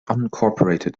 unincorporated